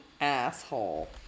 asshole